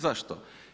Zašto?